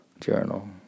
journal